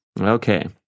Okay